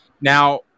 Now